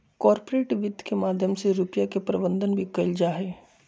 corporate वित्त के माध्यम से रुपिया के प्रबन्धन भी कइल जाहई